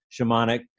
shamanic